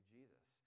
Jesus